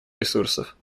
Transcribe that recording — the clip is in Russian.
ресурсов